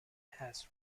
has